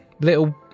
little